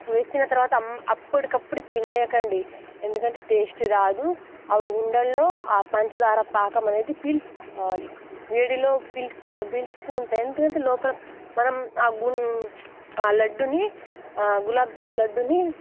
వేసిన తర్వాత అప్పటికప్పుడు తినేయకండి ఎందుకంటే టేస్ట్ రాదు అవి ఉండల్లో ఆ పంచదార పాకం అనేది పీల్చుకోవాలి వేడిలో పీల్చుకున్న పీల్చుకుంటే ఎందుకంటే లోపల మనం ఆ గుం ఆ లడ్డూని ఆ గులాబ్ జామ్ లడ్డూని